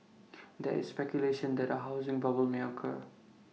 there is speculation that A housing bubble may occur